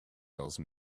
those